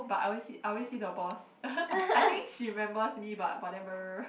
but I always see I always see the boss I think she remembers me but whatever